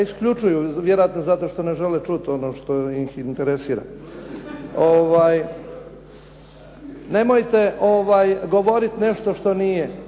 isključuju, vjerojatno zato što ne žele čuti ono što ih interesira. Nemojte govoriti nešto nije.